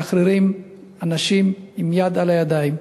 משחררים אנשים עם דם על הידיים,